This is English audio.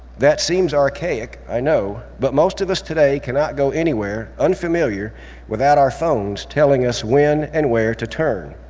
that seems archaic, i know, but most of us today cannot go anywhere unfamiliar without our phones telling us when and where to turn.